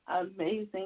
amazing